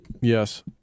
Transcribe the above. Yes